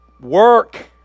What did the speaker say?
work